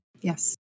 Yes